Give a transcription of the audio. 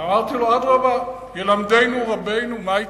אמרתי לו, אדרבה, ילמדנו רבנו, מה התחדש?